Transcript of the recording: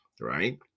right